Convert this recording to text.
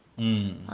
mm